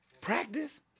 Practice